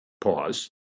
Pause